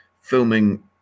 filming